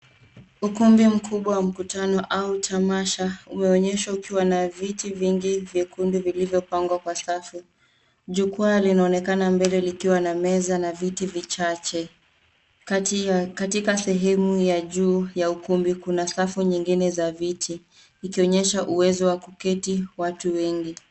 Ukumbi mkubwa wa mkutano au tamasha umeonyeshwa ukiwa na viti vingi vyekundu vilivyopangwa kwa safu. Jukwaa linaonekana mbele likiwa na meza na viti vichache. Katika sehemu ya juu ya ukumbi kuna safu nyengine ya chache ikionyesha auwezo wa kuketi watu wengi.